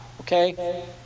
okay